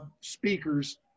speakers